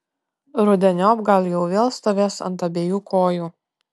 rudeniop gal jau vėl stovės ant abiejų kojų